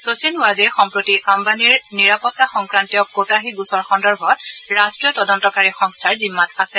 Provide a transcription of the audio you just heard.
শচীন ৱাজে সম্প্ৰতি আন্মনীৰ নিৰাপতা সংক্ৰান্তিয় কটাহী গোচৰ সন্দৰ্ভত ৰাষ্ট্ৰীয় তদন্তকাৰী সংস্থাৰ জিম্মাত আছে